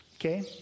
okay